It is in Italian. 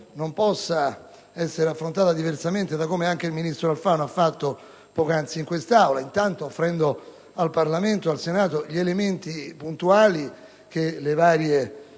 non possa essere affrontata diversamente da come anche il ministro Alfano ha fatto poc'anzi in Aula, offrendo innanzitutto al Parlamento gli elementi puntuali che le varie